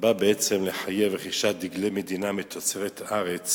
בא בעצם לחייב רכישת דגלי מדינה מתוצרת הארץ